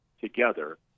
together